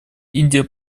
индия